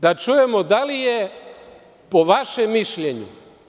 Da čujemo da li je, po vašem mišljenju…